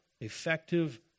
effective